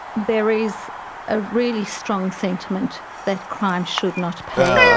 there is a really strong sentiment that crime should not pay.